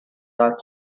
that